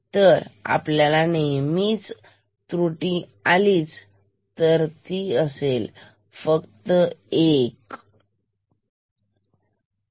तर आपल्याला नेहमी त्रुटी आलीच तर ती फक्त 1 इतकीच असेल